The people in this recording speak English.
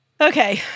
Okay